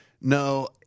No